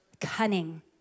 cunning